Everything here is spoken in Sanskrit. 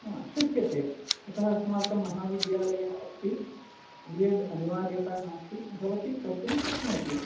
हा शक्यते यतः अस्माकं महाविद्यालयः अस्ति बि एड् अनिवार्यता नास्ति भवती कर्तुं शक्नोति